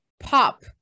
pop